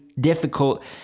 Difficult